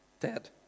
Ted